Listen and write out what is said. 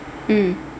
mm